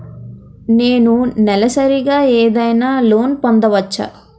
నేను నెలసరిగా ఏదైనా లోన్ పొందవచ్చా?